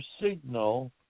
signal